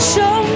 Show